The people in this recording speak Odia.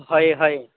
ହଏ ହଏ